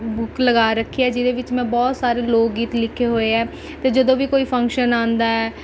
book ਲਗਾ ਰੱਖੀ ਹੈ ਜਿਹਦੇ ਵਿੱਚ ਮੈਂ ਬਹੁਤ ਸਾਰੇ ਲੋਕ ਗੀਤ ਲਿਖੇ ਹੋਏ ਹੈ ਅਤੇ ਜਦੋਂ ਵੀ ਕੋਈ ਫੰਕਸ਼ਨ ਆਉਂਦਾ ਹੈ